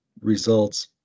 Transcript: results